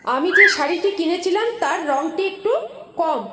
আমি যে শাড়িটি কিনেছিলাম তার রঙটি একটু কম